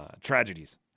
tragedies